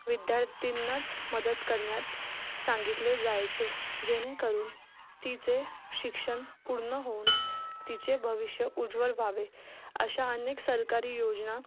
विद्यार्थींनाच मदत करण्यात सांगितले जायचे जेणेकरून तिचे शिक्षण पूर्ण होऊन तिचे भविष्य उज्ज्वल व्हावे अशा अनेक सरकारी योजना